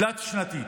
תלת-שנתית,